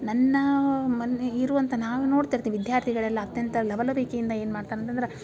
ನನ್ನ ಮನೆ ಇರುವಂಥ ನಾವು ನೋಡ್ತಿರ್ತೀವಿ ವಿದ್ಯಾರ್ಥಿಗಳೆಲ್ಲ ಅತ್ಯಂತ ಲವಲವಿಕೆಯಿಂದ ಏನು ಮಾಡ್ತಾರೆ ಅಂತಂದ್ರೆ